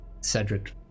Cedric